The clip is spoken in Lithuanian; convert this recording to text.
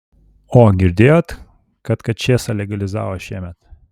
o girdėjot kad kačėsą legalizavo šiemet